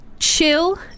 chill